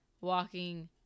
walking